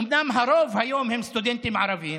אומנם הרוב היום הם סטודנטים ערבים,